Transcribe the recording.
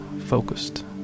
focused